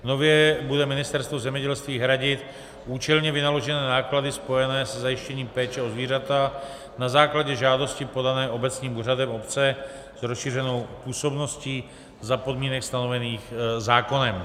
Nově bude Ministerstvo zemědělství hradit účelně vynaložené náklady spojené se zajištěním péče o zvířata na základě žádosti podané obecním úřadem obce s rozšířenou působností za podmínek stanovených zákonem.